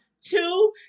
Two